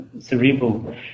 cerebral